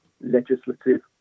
legislative